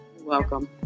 welcome